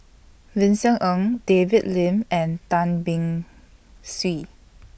Vincent Ng David Lim and Tan Beng Swee